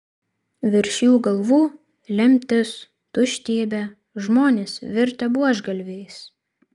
virš jų galvų lemtis tuštybė žmonės virtę buožgalviais